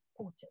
Putin